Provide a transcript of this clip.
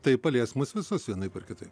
tai palies mus visus vienaip ar kitaip